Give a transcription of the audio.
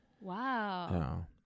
Wow